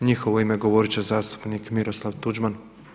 U njihovo ime govorit će zastupnik Miroslav Tuđman.